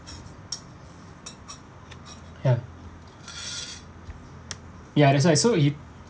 ya ya that's why so he